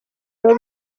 rwiza